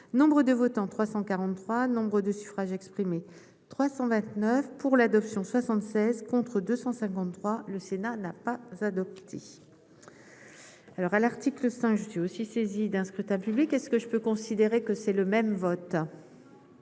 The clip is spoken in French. nombre de votants 343 Nombre de suffrages exprimés 329 pour l'adoption 76 contre 253, le Sénat n'a pas adopté alors à l'article 5 je suis aussi saisi d'un scrutin public, est ce que je peux considérer que c'est le même vote